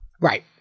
Right